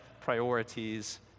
priorities